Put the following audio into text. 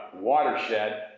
watershed